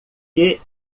que